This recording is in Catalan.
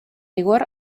vigor